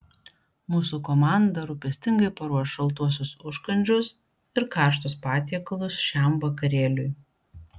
mūsų komanda rūpestingai paruoš šaltuosius užkandžius ir karštus patiekalus šiam vakarėliui